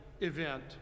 event